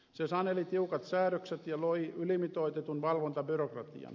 eu saneli tiukat säädökset ja loi ylimitoitetun valvontabyrokratian